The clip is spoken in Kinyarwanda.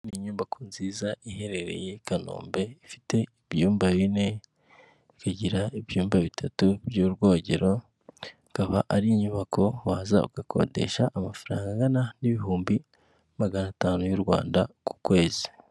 Inyubako nziza iherereye i Kanombe, ifite ibyumba bine, ikagira ibyumba bitatu by'urwogero, ikaba ari inyubako waza ugakodesha amafaranga angana n'ibihumbi magana atanu y'u Rwanda ku kwezi.